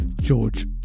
George